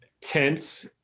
tense